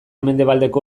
mendebaldeko